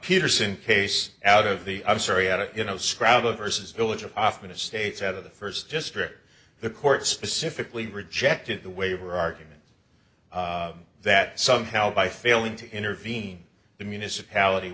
peterson case out of the i'm sorry out of you know scrabble versus village of hofmann estates out of the first district the court specifically rejected the waiver argument that somehow by failing to intervene the municipality